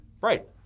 Right